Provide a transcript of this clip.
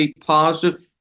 positive